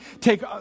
take